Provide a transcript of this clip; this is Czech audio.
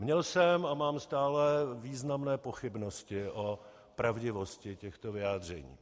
Měl jsem a mám stále významné pochybnosti o pravdivosti těchto vyjádření.